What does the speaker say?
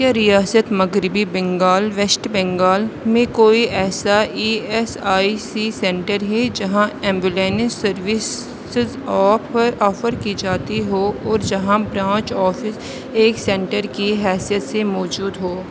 کیا ریاست مغربی بنگال ویسٹ بنگال میں کوئی ایسا E S I C centre ہے جہاں ایمبولینس سروسیز آف آفر کی جاتی ہوں اور جہاں برانچ آفس ایک سینٹر کی حیثیت سے موجود ہو